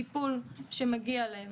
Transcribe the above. טיפול שמגיע להם.